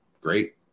Great